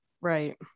Right